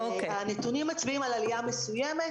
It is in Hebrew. הנתונים מצביעים על עלייה מסוימת,